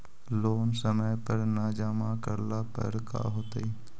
Loan समय पर न जमा करला पर का होतइ?